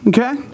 Okay